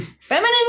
Feminine